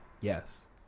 Yes